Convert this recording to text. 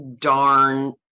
darn